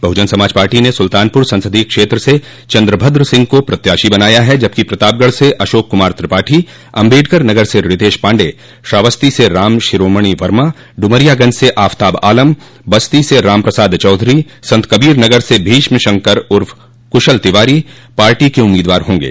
बहुजन Samaj party ने सुल्तानपुर संसदीय क्षेत्र से चन्द्रभद्र सिंह को प्रत्याशी बनाया है जबकि प्रतापगढ़ से अशोक कुमार त्रिपाठी अम्बेडकरनगर से रितेश पाण्डेय श्रावस्ती से राम शिरोमणि वर्मा डुमरियागंज से आफताब आलम बस्ती से रामप्रसाद चौधरी संतकबीरनगर से भीष्म शंकर उर्फ कुशल तिवारी पार्टी के उम्मीदवार होंगे